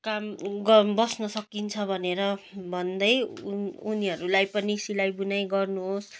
काम गरेर बस्न सकिन्छ भनेर भन्दै उनी उनीहरूलाई पनि सिलाइ बुनाइ गर्नु होस्